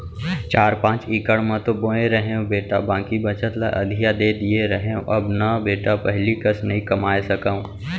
चार पॉंच इकड़ म तो बोए रहेन बेटा बाकी बचत ल अधिया दे दिए रहेंव अब न बेटा पहिली कस नइ कमाए सकव